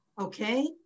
Okay